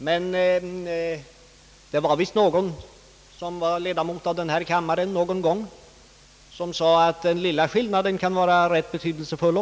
Men det var visst någon ledamot av denna kammare som någon gång sade att den lilla skillnaden också kan vara rätt betydelsefull.